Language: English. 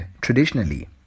traditionally